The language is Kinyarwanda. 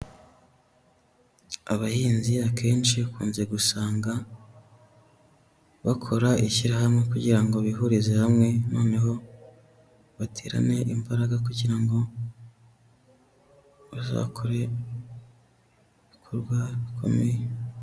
Abahinzi akenshi ukunze gusanga bakora ishyirahamwe, kugira ngo bihurize hamwe noneho baterane imbaraga kugira ngo bazakore ibikorwa bikomeye.